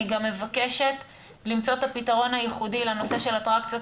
אני גם מבקשת למצוא את הפתרון הייחודי לנושא של אטרקציות